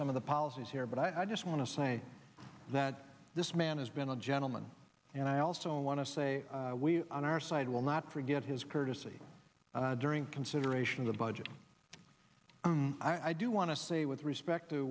some of the policies here but i just want to say that this man has been a gentleman and i also want to say we on our side will not forget his courtesy during consideration the budget i do want to say with respect to